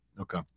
Okay